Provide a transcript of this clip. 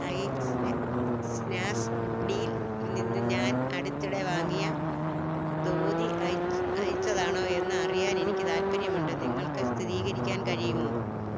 hi Snapdeal നിന്ന് ഞാൻ അടുത്തിടെ വാങ്ങിയ ധൂതി അയച്ചതാണോ എന്ന് അറിയാൻ എനിക്ക് താൽപ്പര്യമുണ്ട് നിങ്ങൾക്ക് സ്ഥിരീകരിക്കാൻ കഴിയുമോ